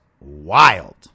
wild